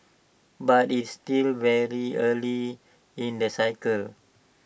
but it's still very early in the cycle